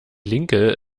linke